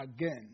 again